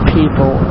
people